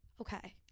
Okay